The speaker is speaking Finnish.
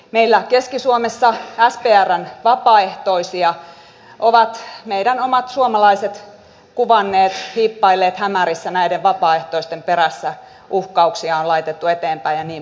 meillä keski suomessa sprn vapaaehtoisia ovat meidän omat suomalaiset kuvanneet hiippailleet hämärissä näiden vapaaehtoisten perässä uhkauksia on laitettu eteenpäin ja niin poispäin